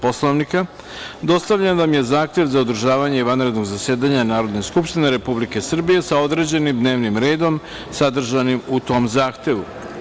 Poslovnika, dostavljen vam je zahtev za održavanje vanrednog zasedanja Narodne skupštine Republike Srbije, sa određenim dnevnom redom sadržanim u tom zahtevu.